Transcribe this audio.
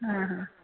हा हा